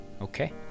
Okay